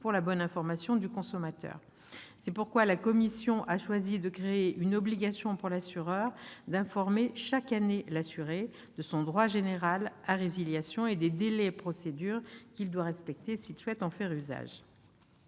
pour la bonne information du consommateur. C'est pourquoi la commission a choisi de créer une obligation pour l'assureur d'informer chaque année l'assuré de son droit général à résiliation et des délais et procédures qu'il doit respecter s'il souhaite en faire usage.